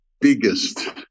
biggest